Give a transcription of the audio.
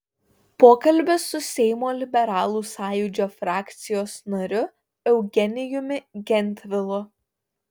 pokalbis su seimo liberalų sąjūdžio frakcijos nariu eugenijumi gentvilu